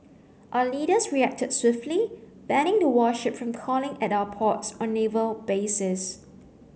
our leaders reacted swiftly banning the warship from calling at our ports or naval bases